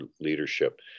leadership